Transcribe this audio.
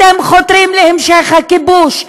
אתם חותרים להמשך הכיבוש.